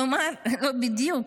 כלומר, לא בדיוק.